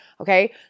Okay